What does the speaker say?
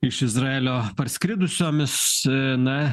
iš izraelio parskridusiomis na